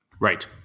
Right